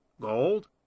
Gold